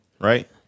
right